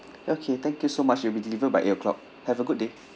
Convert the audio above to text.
okay thank you so much it'll be delivered by eight o'clock have a good day